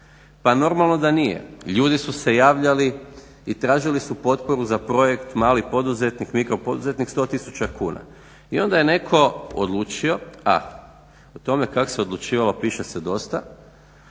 Pa normalno da nije, ljudi su se javljali i tražili su potporu za projekt mali poduzetnik, mikropoduzetnik 100 tisuća kuna i onda je neko odlučio, a o tome kako se odlučivalo piše se dosta,